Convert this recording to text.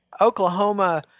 Oklahoma